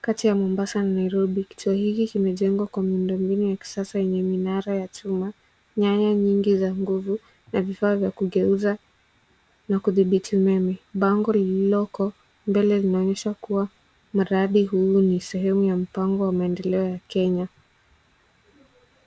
kati ya Mombasa na Nairobi. Kituo hiki kimejengwa kwa miundo mbinu ya kisasa yenye minara ya chuma, nyaya nyingi za nguvu na vifaa vya kugeuza na kudhibiti umeme. Bango lililoko mbele linaonyesha kuwa mradi huu ni sehemu ya mpango wa maendeleo ya Kenya.